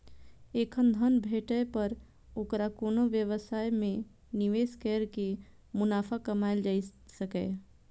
एखन धन भेटै पर ओकरा कोनो व्यवसाय मे निवेश कैर के मुनाफा कमाएल जा सकैए